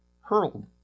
hurled